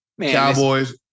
Cowboys